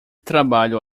trabalho